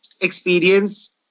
experience